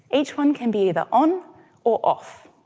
each one can be either on or off,